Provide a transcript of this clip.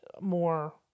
more